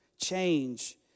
Change